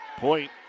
Point